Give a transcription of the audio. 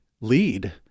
lead